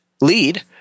lead